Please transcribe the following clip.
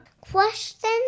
Question